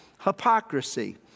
hypocrisy